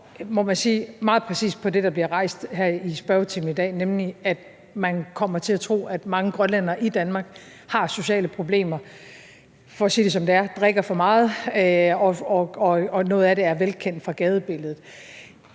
må man sige, meget præcist på det, der bliver rejst her i spørgetimen i dag, nemlig at man kommer til at tro, at mange grønlændere i Danmark har sociale problemer og – for at sige det, som det er – drikker for meget, og noget af det er velkendt fra gadebilledet.